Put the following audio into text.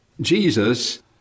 Jesus